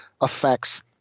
affects